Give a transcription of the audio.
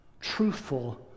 truthful